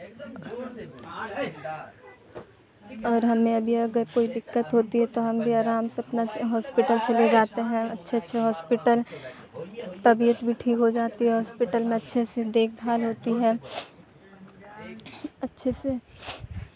اور ہمیں ابھی اگر کوئی دقت ہوتی ہے تو ہم بھی آرام سے اپنا ہاسپیٹل چلے جاتے ہیں اچھے اچھے ہاسپیٹل طبیعت بھی ٹھیک ہو جاتی ہے ہاسپٹل میں اچھے سی دیکھ بھال ہوتی ہے اچھے سے